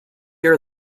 are